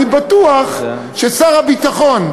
אני בטוח ששר הביטחון,